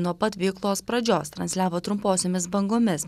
nuo pat veiklos pradžios transliavo trumposiomis bangomis